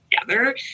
together